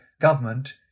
government